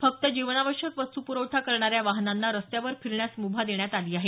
फक्त जीवनावश्यक वस्तू पुरवठा करणाऱ्या वाहनांना रस्त्यावर फिरण्यास मुभा देण्यात आली आहे